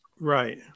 Right